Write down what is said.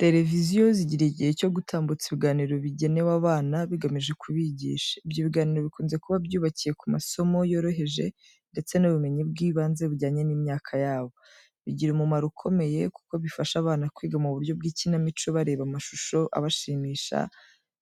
Televiziyo zigira igihe cyo gutambutsa ibiganiro bigenewe abana bigamije kubigisha. Ibyo biganiro bikunze kuba byubakiye ku masomo yoroheje ndetse n'ubumenyi bw'ibanze bujyanye n'imyaka yabo. Bigira umumaro ukomeye kuko bifasha abana kwiga mu buryo bw'ikinamico bareba amashusho abashimisha,